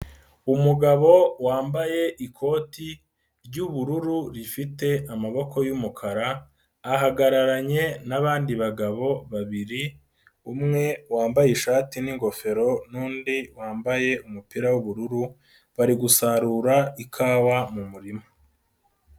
Umugabo wambaye ikoti ry'ubururu rifite amaboko y'umukara ahagararanye n'abandi bagabo babiri, umwe wambaye ishati n'ingofero n'undi wambaye umupira w'ubururu bari gusarura ikawa mu murima.